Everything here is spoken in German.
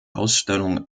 ausstellung